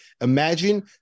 Imagine